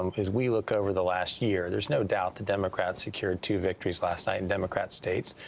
um as we look over the last year, there's no doubt the democrats secured two victories last night in democrat states,